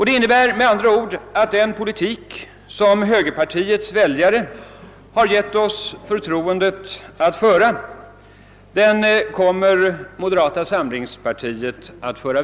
Det innebär med andra ord att den politik, som högerpartiets väljare gett oss förtroendet att föra, kommer att fullföljas av moderata samlingspartiet.